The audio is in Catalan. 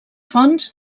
fonts